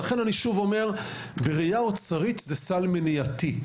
אני שוב אומר, בראייה אוצרית זהו סל מניעתי.